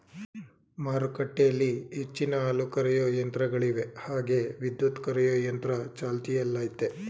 ಮಾರುಕಟ್ಟೆಲಿ ಹೆಚ್ಚಿನ ಹಾಲುಕರೆಯೋ ಯಂತ್ರಗಳಿವೆ ಹಾಗೆ ವಿದ್ಯುತ್ ಹಾಲುಕರೆಯೊ ಯಂತ್ರ ಚಾಲ್ತಿಯಲ್ಲಯ್ತೆ